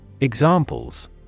Examples